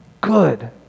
good